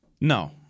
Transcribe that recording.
No